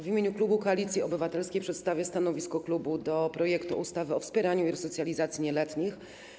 W imieniu klubu Koalicji Obywatelskiej przedstawię stanowisko klubu wobec projektu ustawy o wspieraniu i resocjalizacji nieletnich.